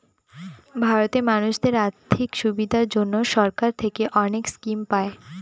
ভারতে মানুষদের আর্থিক সুবিধার জন্য সরকার থেকে অনেক স্কিম পায়